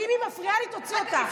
ואם היא מפריעה לי תוציא אותה.